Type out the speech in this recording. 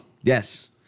Yes